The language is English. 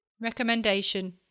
Recommendation